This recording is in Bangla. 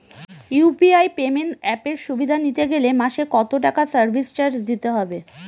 ইউ.পি.আই পেমেন্ট অ্যাপের সুবিধা নিতে গেলে মাসে কত টাকা সার্ভিস চার্জ দিতে হবে?